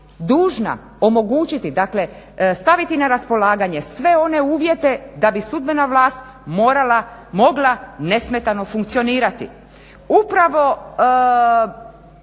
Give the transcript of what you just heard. dužna omogućiti, dakle staviti na raspolaganje sve one uvijete da bi sudbena vlast morala, mogla nesmetano funkcionirati. Upravo